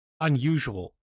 unusual